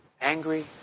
angry